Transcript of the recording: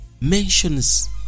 mentions